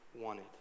wanted